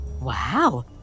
Wow